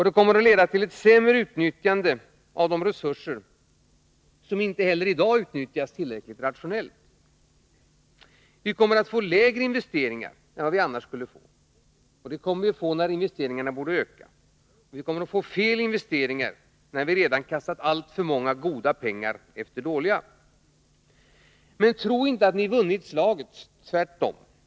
De kommer att leda till ett sämre utnyttjande av våra resurser, som inte heller i dag utnyttjas tillräckligt rationellt. Vi kommer att få lägre investeringar än vi annars skulle få, och det i en tid då investeringarna borde öka. Vi kommer att få fel investeringar, när vi redan kastat alltför många goda pengar efter dåliga. Men tro inte att ni vunnit slaget — tvärtom.